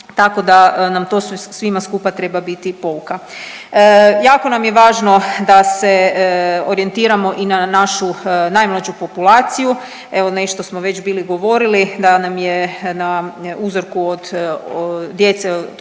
tako da nam to svima skupa treba biti pouka. Jako nam je važno da se orijentiramo i na našu najmlađu populaciju, evo nešto smo već bili govorili da nam je na uzorku djece od